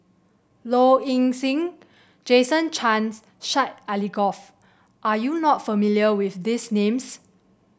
Low Ing Sing Jason Chan and Syed Alsagoff are you not familiar with these names